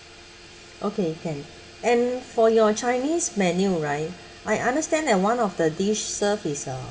okay can and for your chinese menu right I understand that one of the dish served is uh